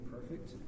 perfect